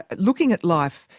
looking at life,